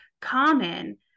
common